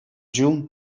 чун